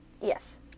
Yes